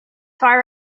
far